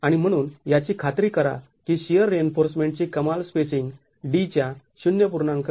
आणि म्हणून याची खात्री करा की शिअर रिइन्फोर्समेंट ची कमाल स्पेसिंग d च्या ०